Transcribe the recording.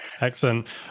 Excellent